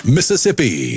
Mississippi